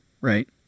right